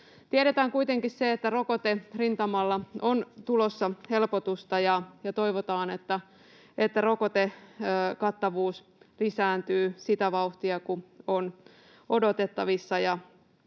Tiedetään kuitenkin se, että rokoterintamalla on tulossa helpotusta, ja toivotaan, että rokotekattavuus lisääntyy sitä vauhtia kuin on odotettavissa